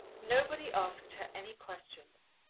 nobody asked her any questions.